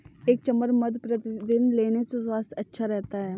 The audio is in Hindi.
एक चम्मच मधु प्रतिदिन लेने से स्वास्थ्य अच्छा रहता है